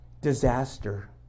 disaster